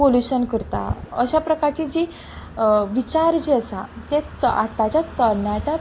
pollution करता अशे प्रकारची जी विचार जी आसा ते तर आतांच्या तरणाट्या